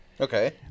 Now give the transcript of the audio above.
Okay